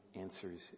answers